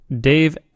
Dave